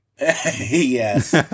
Yes